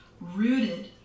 rooted